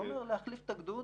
זה אומר להחליף את הגדוד